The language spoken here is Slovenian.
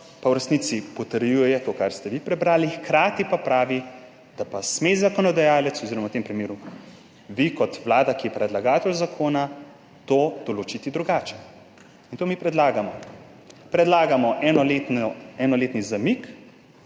V resnici potrjuje to, kar ste vi prebrali, hkrati pa pravi, da sme zakonodajalec oziroma v tem primeru vi kot vlada, ki je predlagatelj zakona, to določiti drugače. In to mi predlagamo. Predlagamo enoletni zamik,